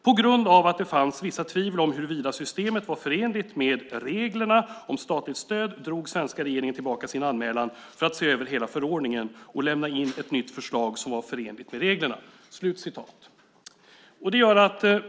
På grund av att det fanns vissa tvivel om huruvida systemet var förenligt med reglerna om statligt stöd drog svenska regeringen tillbaka sin anmälan för att se över hela förordningen och lämna in ett nytt förslag som var förenligt med reglerna."